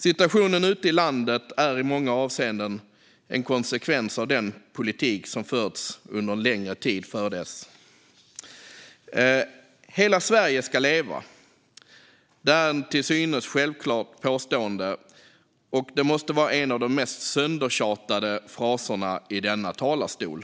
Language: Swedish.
Situationen ute i landet är i många avseenden en konsekvens av den politik som förts under en längre tid innan dess. Hela Sverige ska leva är ett till synes självklart påstående, och det måste vara en av de mest söndertjatade fraserna i denna talarstol.